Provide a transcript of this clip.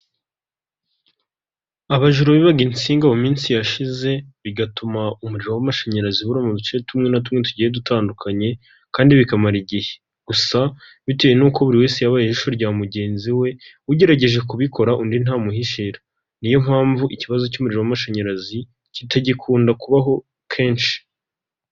Abajura bibaga insinga mu minsi yashize, bigatuma umuriro w'amashanyarazi ubura mu duce tumwe na tumwe tugiye dutandukanye, kandi bikamara igihe. Gusa bitewe n'uko buri wese yabaye ijisho rya mugenzi we, ugerageje kubikora undi ntamuhishira. Ni yo mpamvu ikibazo cy'umuriro w'amashanyarazi kitagikunda kubaho kenshi.